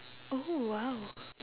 oh !wow!